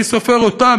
מי סופר אותם?